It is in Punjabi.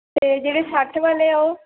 ਅਤੇ ਜਿਹੜੇ ਸੱਠ ਵਾਲੇ ਆ ਉਹ